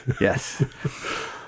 Yes